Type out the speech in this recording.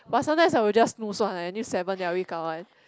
but sometimes I will just snooze one eh until seven then I will wake up one